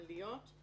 המינהליות;